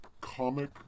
Comic